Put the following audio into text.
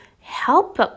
help